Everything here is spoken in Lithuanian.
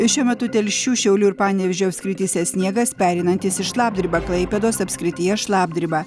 šiuo metu telšių šiaulių ir panevėžio apskrityse sniegas pereinantis į šlapdribą klaipėdos apskrityje šlapdriba